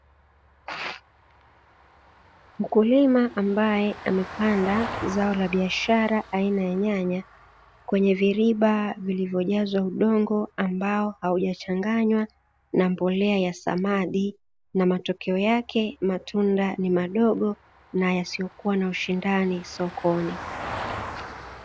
Mkulima ambaye amepanda zao la biashara aina ya nyanya kwenye viruba vilivyojazwa udongo ambao hujachanganywa na mbolea ya samadi, na matokeo yake matunda ni madogo na yasiyokuwa na ushindani sokoni.